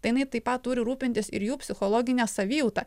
tai jinai taip pat turi rūpintis ir jų psichologine savijauta